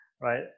right